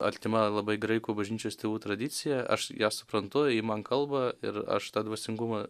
artima labai graikų bažnyčios tėvų tradicija aš ją suprantu ji man kalba ir aš tą dvasingumą